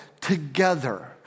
together